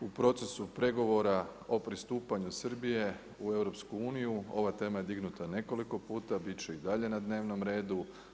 O procesu pregovora o pristupanju Srbije u EU ova tema je dignuta nekoliko puta, bit će i dalje na dnevnom redu.